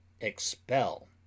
expel